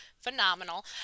phenomenal